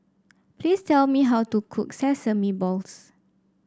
please tell me how to cook Sesame Balls